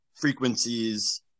frequencies